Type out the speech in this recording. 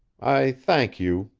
i thank you,